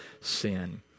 sin